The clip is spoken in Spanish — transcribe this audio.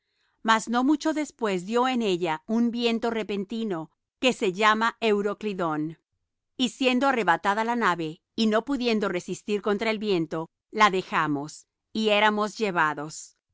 mas no mucho después dió en ella un viento repentino que se llama euroclidón y siendo arrebatada la nave y no pudiendo resistir contra el viento la dejamos y erámos llevados